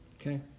Okay